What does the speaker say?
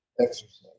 exercise